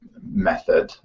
method